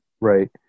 right